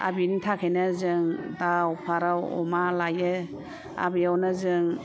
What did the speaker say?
आरो बिनि थाखायनो जों दाव फारौ अमा लायो आरो बेयावनो जों